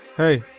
hey.